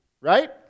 right